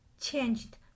changed